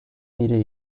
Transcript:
nire